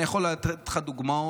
אני יכול לתת לך דוגמאות